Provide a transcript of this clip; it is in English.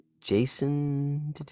Jason